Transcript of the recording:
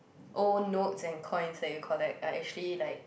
old notes and coins that you collect are actually like